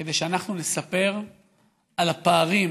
כדי שאנחנו נספר על הפערים